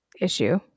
issue